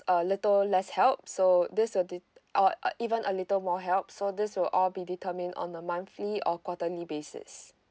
a little less help so this will det~ or even a little more help so this will all be determined on a monthly or quarterly basis